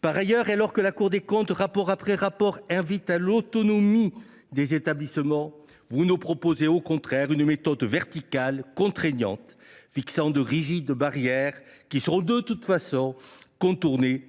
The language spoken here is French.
Par ailleurs, alors que la Cour des comptes, rapport après rapport, invite à développer l’autonomie des établissements, vous proposez au contraire une méthode verticale, contraignante en fixant de rigides barrières, qui seront de toute façon contournées